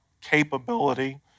capability